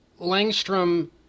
Langstrom